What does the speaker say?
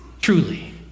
truly